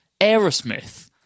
Aerosmith